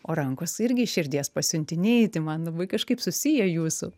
o rankos irgi širdies pasiuntiniai tai man labai kažkaip susiję jūsų